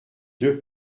deux